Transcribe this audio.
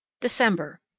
December